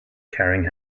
carrying